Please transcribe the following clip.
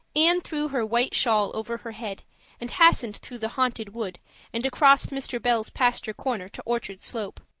anne threw her white shawl over her head and hastened through the haunted wood and across mr. bell's pasture corner to orchard slope.